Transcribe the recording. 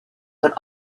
but